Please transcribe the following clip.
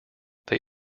they